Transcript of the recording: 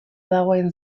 dagoen